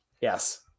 Yes